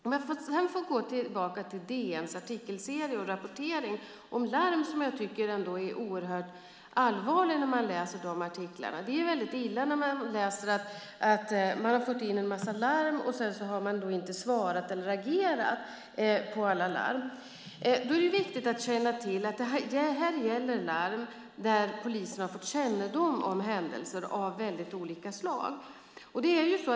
Om jag får gå tillbaka till DN:s artikelserie och rapportering om larm tycker jag att artiklarna är oerhört allvarliga. Det är illa om man har fått in en massa larm men inte har svarat eller agerat på alla. Då är det viktigt att känna till att det gäller larm där polisen har fått kännedom om händelser av väldigt olika slag.